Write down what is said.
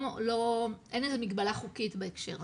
אין מגבלה חוקית בהקשר הזה.